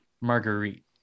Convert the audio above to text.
Marguerite